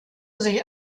sich